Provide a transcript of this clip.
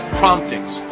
promptings